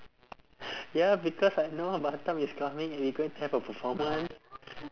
ya because I know batam is coming and we going to have a performance